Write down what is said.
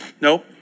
No